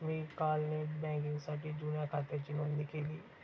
मी काल नेट बँकिंगसाठी जुन्या खात्याची नोंदणी केली